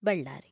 Ballari